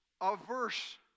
averse